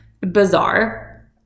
Bizarre